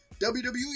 WWE